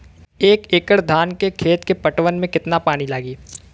एक एकड़ धान के खेत के पटवन मे कितना पानी लागि?